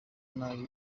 nabi